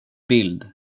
bild